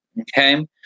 Okay